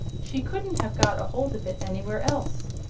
she couldn't have got a hold of it anywhere else.